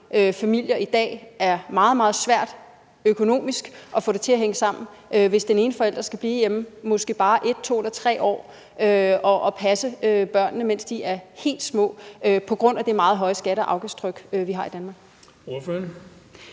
familier i dag er meget, meget svært økonomisk at få det til at hænge sammen, hvis den ene forælder skal blive hjemme måske bare 1, 2 eller 3 år og passe børnene, mens de er helt små, på grund af det meget høje skatte- og afgiftstryk, vi har i Danmark?